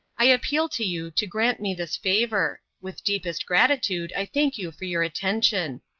i appeal to you to grant me this favor. with deepest gratitude i think you for your attention.